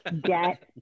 Get